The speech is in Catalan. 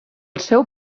seu